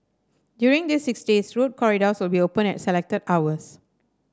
during these six days road corridors will be open at selected hours